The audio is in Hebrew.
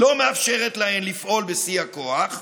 לא מאפשרת להן לפעול בשיא הכוח,